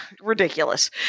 ridiculous